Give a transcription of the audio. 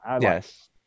Yes